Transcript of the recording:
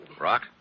Rock